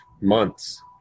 months